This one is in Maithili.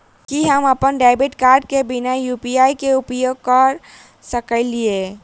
की हम अप्पन डेबिट कार्ड केँ बिना यु.पी.आई केँ उपयोग करऽ सकलिये?